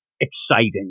exciting